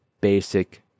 basic